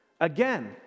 Again